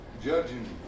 Judging